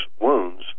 wounds